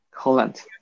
Holland